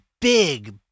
big